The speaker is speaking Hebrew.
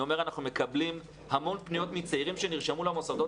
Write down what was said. אנחנו מקבלים המון פניות מצעירים שנרשמו למוסדות